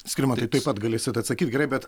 skirmantai taip pat galėsit atsakyt gerai bet